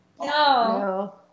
No